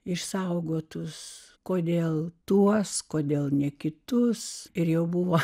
išsaugotus kodėl tuos kodėl ne kitus ir jau buvo